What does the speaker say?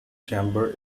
chamber